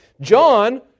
John